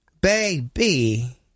baby